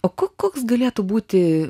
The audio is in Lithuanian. o ko koks galėtų būti